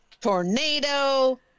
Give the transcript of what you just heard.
tornado